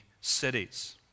cities